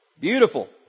beautiful